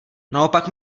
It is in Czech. naopak